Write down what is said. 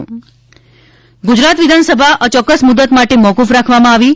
વિધાનસભા ગુજરાત વિધાનસભા અચોક્કસ મુદત માટે મોફફ રાખવામાં આવી છે